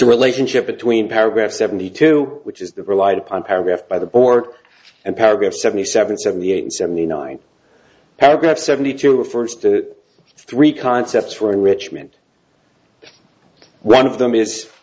the relationship between paragraph seventy two which is that relied upon paragraph by the board and paragraph seventy seven seventy eight seventy nine paragraph seventy two refers to three concepts for enrichment one of them is